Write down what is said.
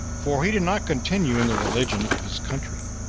for he did not continue in the religion of his country.